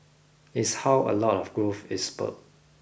is how a lot of growth is spurred